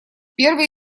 первый